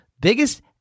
biggest